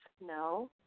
No